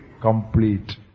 complete